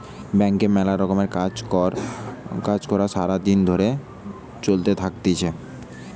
ব্যাংকে মেলা রকমের কাজ কর্ সারা দিন ধরে চলতে থাকতিছে